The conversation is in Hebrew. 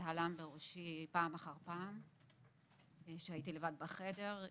והלם בראשי פעם אחר פעם כשהייתי לבד בחדר.